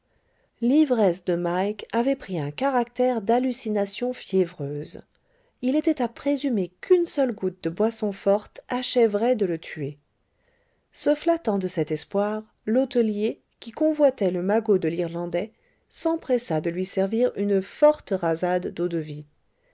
l'ivresse de mike avait pris un caractère d'hallucination fiévreuse il était à présumer qu'une seule goutte de boisson forte achèverait de le tuer se flattant de cet espoir l'hôtelier qui convoitait le magot de l'irlandais s'empressa de lui servir une forte rasade d'eau-de-vie